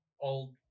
old